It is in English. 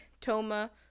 Toma